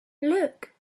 look